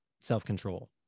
self-control